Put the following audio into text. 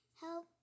help